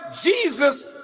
Jesus